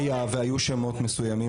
היו שמות מסוימים,